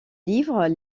livres